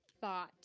thought